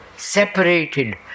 Separated